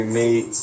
meet